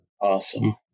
awesome